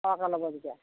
সৰহকৈ ল'ব যেতিয়া